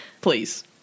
please